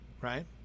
Right